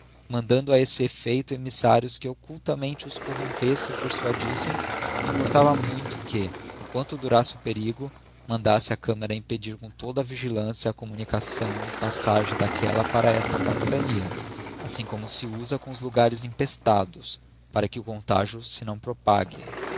mandando a esse effeito emissários que occultaraente os corrompessem e persuadissem importava muito que emquanto durasse o perigo mandasse a camará impedir cora toda a vigilância a communicação e passagem daquella para esta capitania assim como se usa com os logares empestados para que o contagio se não propague